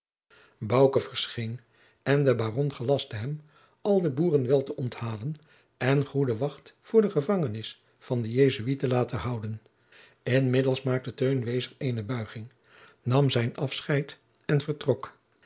verscheen en de baron gelastte hem al de boeren wel te onthalen en goede wacht voor de gevangenis van den jesuit te laten houden inmiddels maakte teun wezer eene buiging nam zijn afscheid en vertrok